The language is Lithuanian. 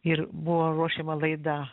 ir buvo ruošiama laida